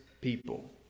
people